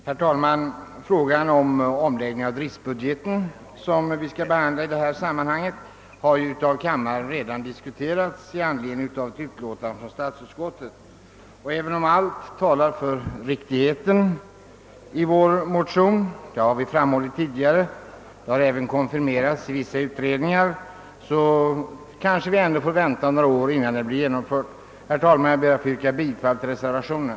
Herr talman! Frågan om omläggning av driftbudgeten som skall behandlas i detta sammanhang har redan diskuterats i kammaren med anledning av ett utlåtande från statsutskottet. även om allt talar för riktigheten i vår motion — det har vi framhållit tidigare, och det har även konfirmerats genom vissa utredningar — kanske vi får vänta några år innan vårt förslag blir genomfört. Herr talman! Jag ber att få yrka bifall till motionen.